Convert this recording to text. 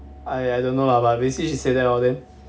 I I don't know lah but basically she said all of that